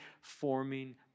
forming